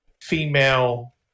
female